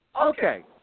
Okay